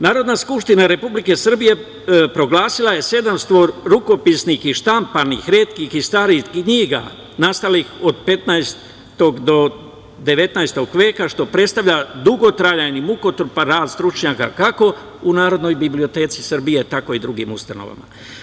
Narodna skupština Republike Srbije proglasila je 700 rukopisnih i štampanih retkih i starih knjiga nastalih od 15. do 19. veka, što predstavlja dugotrajan i mukotrpan rad stručnjaka kako u Narodnoj biblioteci Srbije, tako i drugim ustanovama.